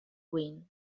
wind